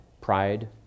Pride